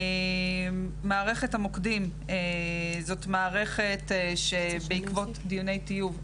מערכת המוקדים זאת מערכת בעקבות דיוני טיוב.